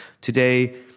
today